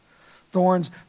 Thorns